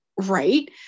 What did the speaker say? right